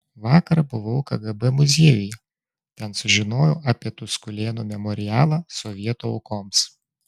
vakar buvau kgb muziejuje ten sužinojau apie tuskulėnų memorialą sovietų aukoms